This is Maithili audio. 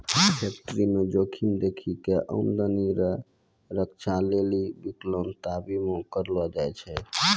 फैक्टरीमे जोखिम देखी कय आमदनी रो रक्षा लेली बिकलांता बीमा करलो जाय छै